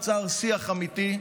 נוצר שיח אמיתי,